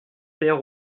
terre